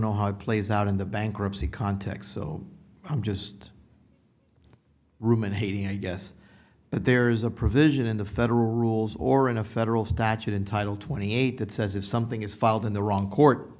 know how it plays out in the bankruptcy context so i'm just ruminating i guess but there's a provision in the federal rules or in a federal statute in title twenty eight that says if something is filed in the wrong court